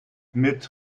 mit